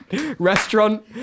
restaurant